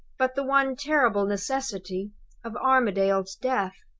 but the one terrible necessity of armadale's death.